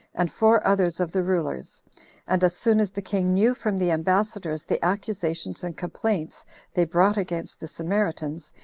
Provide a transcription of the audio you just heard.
and four others of the rulers and as soon as the king knew from the ambassadors the accusations and complaints they brought against the samaritans,